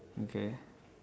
okay